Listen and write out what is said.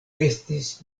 estis